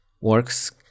works